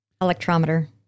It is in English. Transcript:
Electrometer